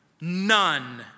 None